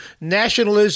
Nationalism